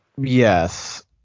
Yes